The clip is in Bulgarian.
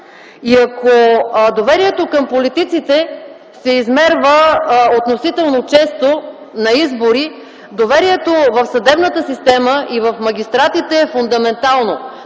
Ако доверието към политиците се измерва относително често на избори, доверието в съдебната система и в магистратите е фундаментално